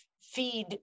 feed